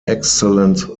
excellent